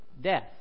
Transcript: death